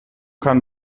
kann